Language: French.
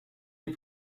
les